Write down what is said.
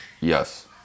Yes